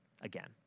again